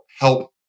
help